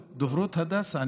דוברות הדסה.